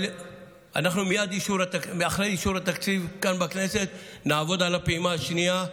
אבל מייד אחרי אישור התקציב אנחנו כאן בכנסת נעבוד על הפעימה השנייה,